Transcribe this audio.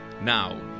Now